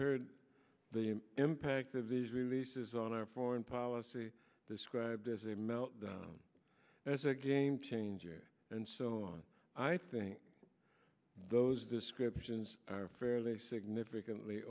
heard the impact of these releases on our foreign policy described as a meltdown as a game changer and so on i think those descriptions are fairly significantly